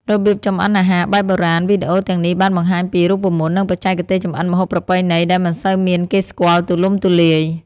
របៀបចម្អិនអាហារបែបបុរាណ វីដេអូទាំងនេះបានបង្ហាញពី រូបមន្ត និងបច្ចេកទេសចម្អិនម្ហូបប្រពៃណី ដែលមិនសូវមានគេស្គាល់ទូលំទូលាយ។